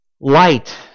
light